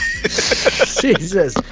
Jesus